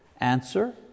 Answer